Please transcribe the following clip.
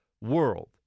world